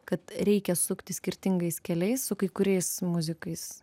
kad reikia sukti skirtingais keliais su kai kuriais muzikais